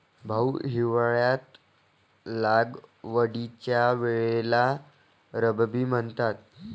भाऊ, हिवाळ्यात लागवडीच्या वेळेला रब्बी म्हणतात